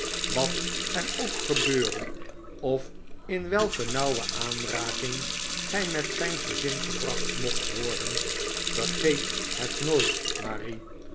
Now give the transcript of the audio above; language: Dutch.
wat er ook gebeure of in welke nauwe aanraking gij met zijn gezin gebracht mocht worden vergeet het nooit marie